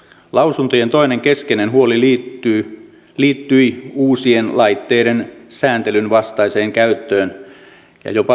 lausuntojen toinen keskeinen huoli liittyi uusien laitteiden sääntelyn vastaiseen käyttöön ja jopa viritykseen